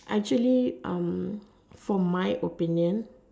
actually um for my opinion